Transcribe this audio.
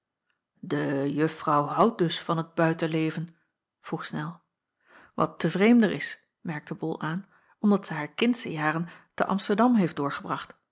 de juffrouw houdt dus van het buitenleven vroeg snel wat te vreemder is merkte bol aan omdat zij haar kindsche jaren te amsterdam heeft doorgebracht